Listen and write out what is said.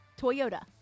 Toyota